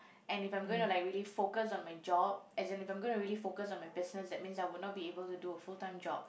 and if I'm gonna like really focus on my job as in I'm gonna really focus on my business that means I would not be able to do a full-time job